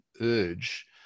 urge